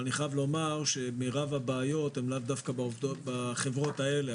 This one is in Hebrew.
אבל אני חייב לומר שמירב הבעיות הם לאו דווקא בחברות האלה.